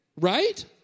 Right